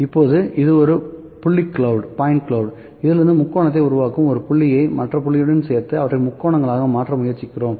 இப்போது இது ஒரு புள்ளி கிளவுட் இதிலிருந்து முக்கோணத்தை உருவாக்கும் ஒரு புள்ளியை மற்ற புள்ளியுடன் சேர்த்து அவற்றை முக்கோணங்களாக மாற்ற முயற்சிக்கிறோம்